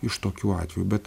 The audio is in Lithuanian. iš tokių atvejų bet